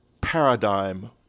paradigm